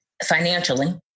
Financially